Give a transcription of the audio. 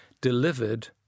delivered